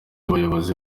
abayobozi